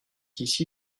ici